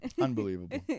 Unbelievable